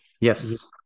Yes